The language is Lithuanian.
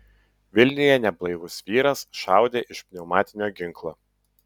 vilniuje neblaivus vyras šaudė iš pneumatinio ginklo